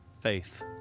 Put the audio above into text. faith